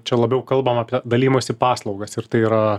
čia labiau kalbam apie dalijimosi paslaugas ir tai yra